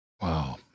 Wow